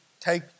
take